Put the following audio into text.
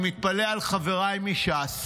אני מתפלא על חבריי מש"ס